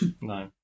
No